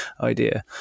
idea